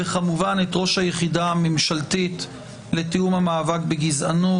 וכמובן את ראש היחידה הממשלתית לתיאום המאבק בגזענות,